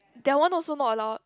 that one also not allowed